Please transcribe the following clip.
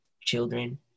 children